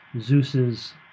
Zeus's